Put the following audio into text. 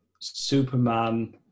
Superman